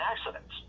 accidents